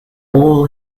all